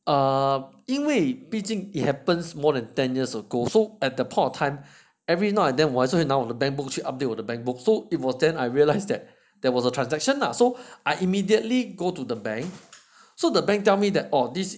err 因为毕竟 it happens more than ten years ago so at the point of time every now and then 我还是拿我的 bank book 去 update 我的 bank books so it was then I realised that there was a transaction lah so I immediately go to the bank so the bank tell me that orh this